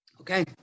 okay